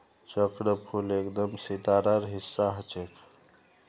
चक्रफूल एकदम सितारार हिस्सा ह छेक